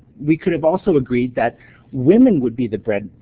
we could have also agreed that women would be the